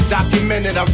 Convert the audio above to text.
Documented